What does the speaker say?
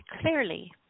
clearly